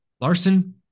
Larson